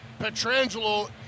Petrangelo